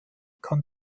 kann